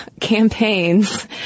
campaigns